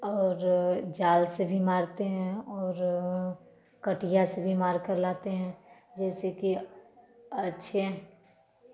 और जाल से भी मारते हैं और कटिया से भी मार कर लाते हैं जैसे कि अच्छे